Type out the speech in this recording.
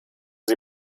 sie